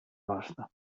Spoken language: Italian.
basta